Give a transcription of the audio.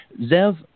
Zev